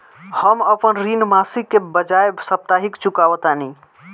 हम अपन ऋण मासिक के बजाय साप्ताहिक चुकावतानी